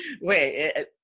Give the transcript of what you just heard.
Wait